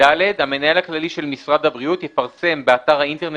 (ד)המנהל הכללי של משרד הבריאות יפרסם באתר האינטרנט